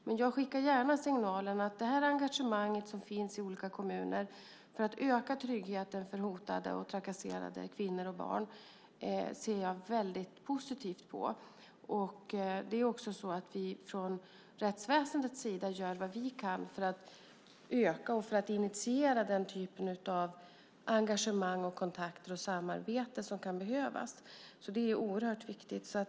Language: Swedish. Men jag skickar gärna signalen att jag ser väldigt positivt på det engagemang som finns i olika kommuner för att öka tryggheten för hotade och trakasserade kvinnor och barn. Det är också så att vi från rättsväsendets sida gör vad vi kan för att öka och initiera den typ av engagemang, kontakter och samarbete som kan behövas. Det är oerhört viktigt.